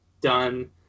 done